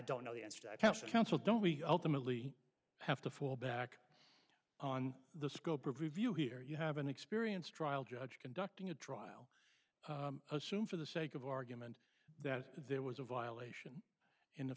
don't we ultimately have to fall back on the scope of review here you have an experienced trial judge conducting a trial assume for the sake of argument that there was a violation in the